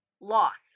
loss